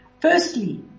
Firstly